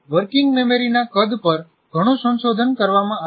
working મેમરીના કદ પર ઘણું સંશોધન કરવામાં આવ્યું છે